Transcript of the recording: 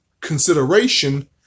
consideration